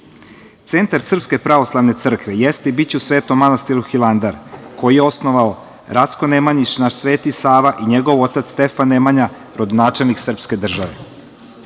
ruke. Centar Srpske pravoslavne crkve jeste i biće u Svetom manastiru Hilandar, koji je osnova Rastko Nemanjić, naš Sveti Sava i njegov otac Stefan Nemanja, rodonačelnik srpske